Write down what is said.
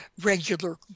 regular